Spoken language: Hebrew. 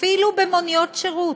אפילו במוניות שירות,